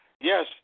Yes